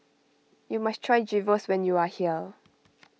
you must try Gyros when you are here